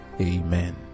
Amen